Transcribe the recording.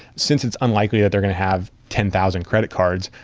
since it's unlikely that they're going to have ten thousand credit cards,